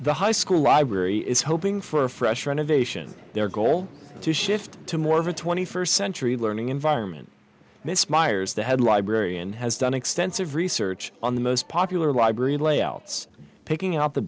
the high school library is hoping for a fresh renovation their goal is to shift to more of a twenty first century learning environment miss meyers the head librarian has done extensive research on the most popular library layouts picking out the